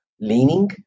leaning